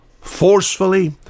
Forcefully